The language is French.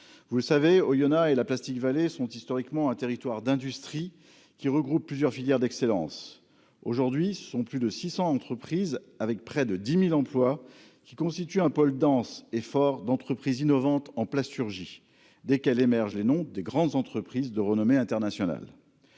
vous savez au a et la plastique vallée sont historiquement un territoire d'industrie qui regroupe plusieurs filières d'excellence, aujourd'hui ce sont plus de 600 entreprises avec près de 10000 emplois qui constitue un pole Dance fort d'entreprises innovantes en plasturgie dès qu'elle émergent les noms des grandes entreprises de renommée internationale